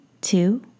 two